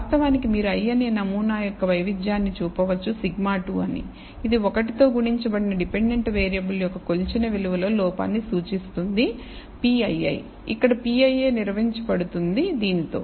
వాస్తవానికి మీరు i అనే నమూనా యొక్క వైవిధ్యాన్ని చూపవచ్చు σ2 అని ఇది 1 తో గుణించబడిన డిపెండెంట్ వేరియబుల్ యొక్క కొలిచిన విలువలో లోపాన్నిసూచిస్తుంది pii ఇక్కడ pii నిర్వచించబడుతుంది దీనితో